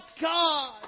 God